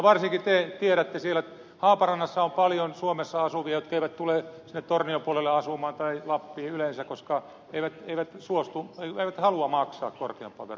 varsinkin te tiedätte että siellä haaparannassa on paljon suomessa asuvia jotka eivät tule tornion puolelle asumaan tai lappiin yleensä koska he eivät halua maksaa korkeampaa veroa